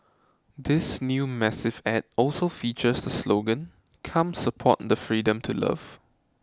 this new massive ad also features the slogan Come support the freedom to love